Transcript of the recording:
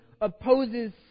opposes